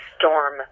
storm